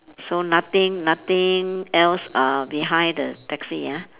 so nothing nothing else uh behind the taxi ah